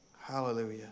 Hallelujah